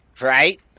Right